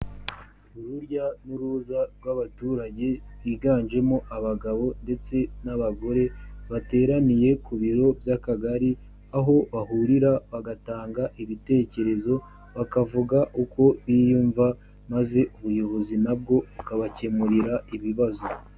Urujya n'uruza rw'abaturage biganjemo abagabo ndetse n'abagore, bateraniye ku biro by'akagari aho bahurira bagatanga ibitekerezo, bakavuga uko biyumva maze ubuyobozi nabwo bukabakemurira ibibazo.